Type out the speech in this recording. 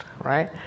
right